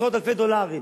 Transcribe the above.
עשרות אלפי דולרים.